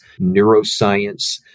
neuroscience